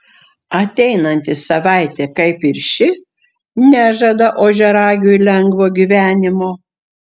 ateinanti savaitė kaip ir ši nežada ožiaragiui lengvo gyvenimo